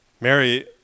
Mary